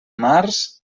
març